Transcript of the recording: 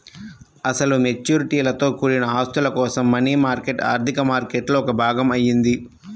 అసలు మెచ్యూరిటీలతో కూడిన ఆస్తుల కోసం మనీ మార్కెట్ ఆర్థిక మార్కెట్లో ఒక భాగం అయింది